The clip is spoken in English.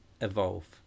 evolve